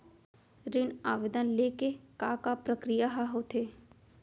ऋण आवेदन ले के का का प्रक्रिया ह होथे?